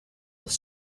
with